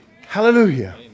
Hallelujah